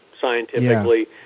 scientifically